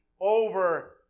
over